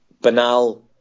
banal